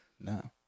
no